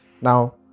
Now